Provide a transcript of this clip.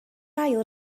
ail